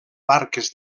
barques